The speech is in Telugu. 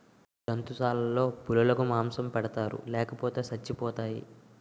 జంతుశాలలో పులులకు మాంసం పెడతారు లేపోతే సచ్చిపోతాయి